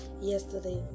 yesterday